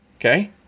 Okay